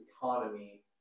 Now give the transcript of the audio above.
economy